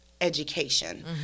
education